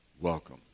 Welcome